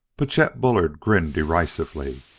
but chet bullard grinned derisively.